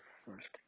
first